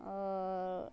आओर